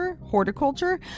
horticulture